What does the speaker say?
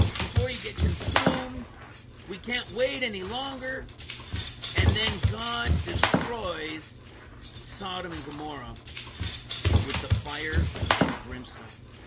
before you get consumed we can't wait any longer and then god destroys sodom and gomorrah with the fire in brimstone